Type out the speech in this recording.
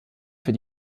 für